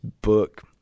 book